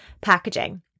packaging